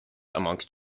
amongst